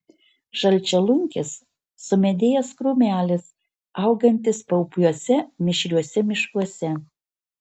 žalčialunkis sumedėjęs krūmelis augantis paupiuose mišriuose miškuose